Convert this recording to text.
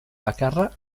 bakarra